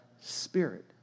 Spirit